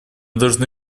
должны